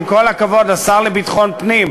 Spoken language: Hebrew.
ועם כל הכבוד לשר לביטחון פנים,